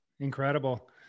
Incredible